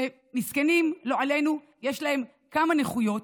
שמסכנים, לא עלינו יש להם כמה נכויות,